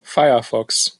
firefox